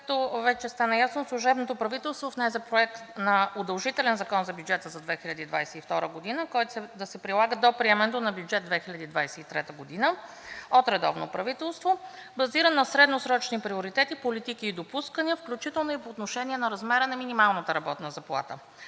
Както вече стана ясно служебното правителство внесе Проект на удължителен закон за бюджета за 2022 г., който да се прилага до приемането на бюджет 2023 г. от редовно правителство, базиран на средносрочни приоритети, политики и допускания, включително и по отношение на размера на минималната работна заплата.